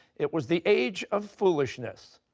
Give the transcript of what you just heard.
it was the age of foolishness?